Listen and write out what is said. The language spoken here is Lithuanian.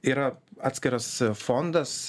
yra atskiras fondas